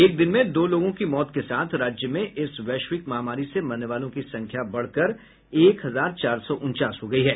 एक दिन में दो लोगों की मौत के साथ राज्य में इस वैश्विक महामारी से मरने वालों की संख्या बढ़कर एक हजार चार सौ उनचास हो गई है